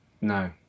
No